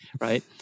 right